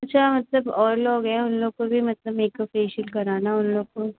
अच्छा मतलब और लोग हैं उन लोग को भी मतलब मेकअप फ़ेशियल कराना उन लोग को